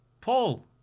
Paul